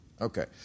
Okay